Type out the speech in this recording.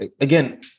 again